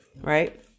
right